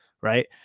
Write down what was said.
Right